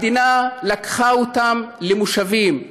המדינה לקחה אותם למושבים.